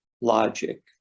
logic